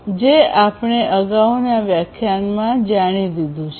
જે આપણે અગાઉના વ્યાખ્યાનમાં જાણી લીધું છે